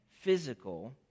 physical